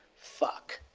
fuck.